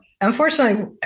unfortunately